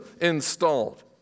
installed